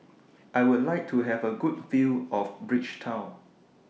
I Would like to Have A Good View of Bridgetown